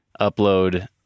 upload